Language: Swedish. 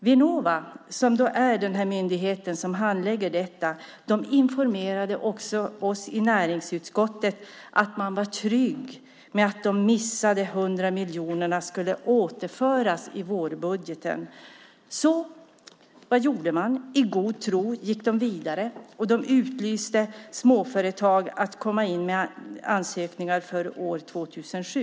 Vinnova, som är den myndighet som handlägger detta, informerade också oss i näringsutskottet om att de var trygga med att de missade 100 miljonerna skulle återföras i vårbudgeten. Så vad gjorde de? I god tro gick de vidare, och de uppmanade småföretag att komma in med ansökningar för år 2007.